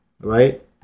right